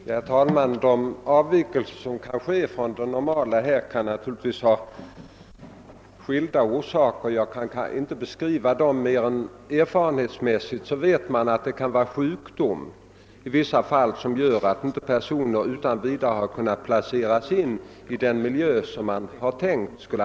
Herr talman! De avvikelser som kan ske från det normala kan naturligtvis ha skilda orsaker, och jag kan inte redogöra för dem alla. Rent erfarenhetsmässigt vet man att det i vissa fall kan vara fråga om sjukdom som gör att personer inte utan vidare kunnat placeras in i den miljö som man tänkt sig.